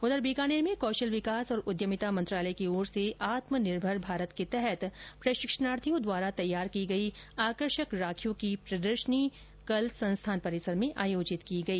उधर बीकानेर में कौशल विकास और उद्यमिता मंत्रालय की ओर से आत्मनिर्भर भारत के तहत प्रशिक्षणार्थियों द्वारा तैयार की गई आकर्षक राखियों की प्रदर्शनी और कल संस्थान परिसर में आयोजित की गई